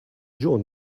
john